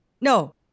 No